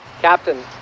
Captain